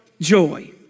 joy